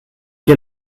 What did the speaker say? que